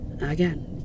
Again